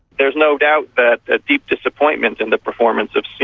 there is no doubt that a deep disappointment in the performance of, you